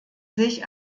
sich